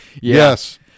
Yes